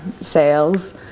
sales